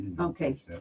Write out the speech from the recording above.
Okay